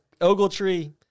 Ogletree –